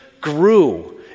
grew